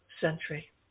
century